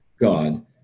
God